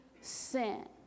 sin